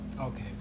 okay